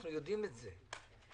אנחנו יודעים את זה.